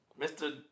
Mr